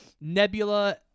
Nebula